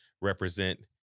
represent